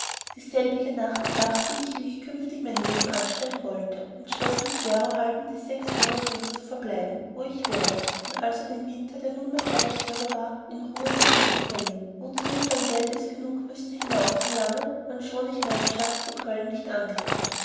dieselbige nacht bedachte ich wie ich künftig mein leben anstellen wollte entschloß mich derohalben die sechs monat über zu verbleiben wo ich wäre und also den winter der nunmehr vor der tür war in ruhe dahinzubringen worzu ich dann geldes genug wußte hinauszulangen wannschon ich meinen schatz zu köln nicht angriffe